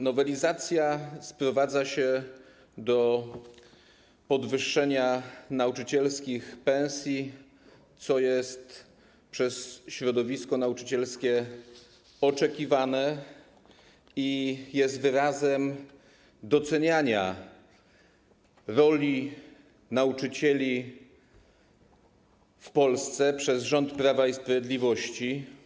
Nowelizacja sprowadza się do podwyższenia nauczycielskich pensji, co jest przez środowisko nauczycielskie oczekiwane i jest wyrazem doceniania roli nauczycieli w Polsce przez rząd Prawa i Sprawiedliwości.